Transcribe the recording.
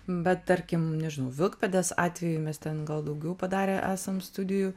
bet tarkim nežinau vilkpėdės atveju mes ten gal daugiau padarę esam studijų